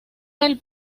del